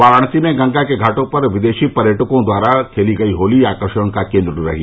वाराणसी में गंगा के घाटो पर विदेशी पर्यटकों द्वारा खेली गयी होली आकर्षण का केन्द्र रही